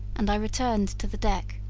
and i returned to the deck.